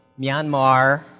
Myanmar